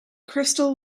crystal